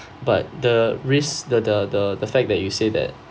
but the risk the the the fact that you say that